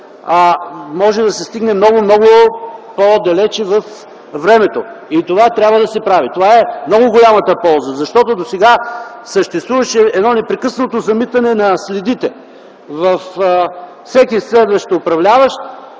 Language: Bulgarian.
може да се стигне много, много по-далеч във времето. И това трябва да се прави. Това е много голямата полза, защото досега съществуваше едно непрекъснато замитане на следите. Всеки следващ управляващ